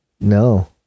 No